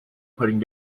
putting